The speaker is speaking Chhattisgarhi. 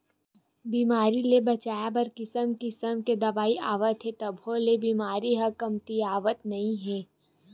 बेमारी ले बचाए बर किसम किसम के दवई आवत हे तभो ले बेमारी ह कमतीयावतन नइ हे